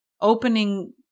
opening